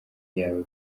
yawe